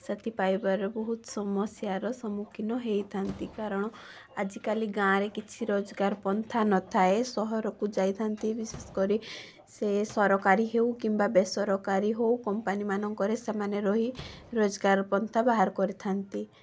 ସାଥି ପାଇବାରେ ବହୁତ ସମସ୍ୟାର ସମ୍ମୁଖୀନ ହେଇଥାନ୍ତି କାରଣ ଆଜିକାଲି ଗାଁରେ କିଛି ରୋଜଗାର ପନ୍ଥା ନଥାଏ ସହରକୁ ଯାଇଥାନ୍ତି ବିଶେଷ କରି ସେ ସରକାରୀ ହେଉ କିମ୍ବା ବେସରକାରୀ ହେଉ କମ୍ପାନୀମାନଙ୍କରେ ସେମାନେ ରହି ରୋଜଗାର ପନ୍ଥା ବାହାର କରିଥାନ୍ତି